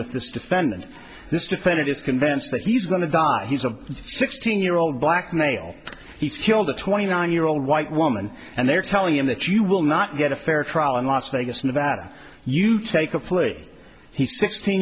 with this defendant this defendant is convinced that he's going to die he's a sixteen year old black male he's killed a twenty nine year old white woman and they're telling him that you will not get a fair trial in las vegas nevada you take a plea he's sixteen